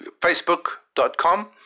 facebook.com